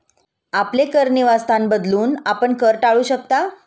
आपले कर निवासस्थान बदलून, आपण कर टाळू शकता